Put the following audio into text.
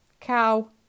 cow